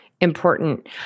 important